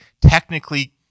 technically